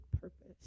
purpose